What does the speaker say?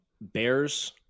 Bears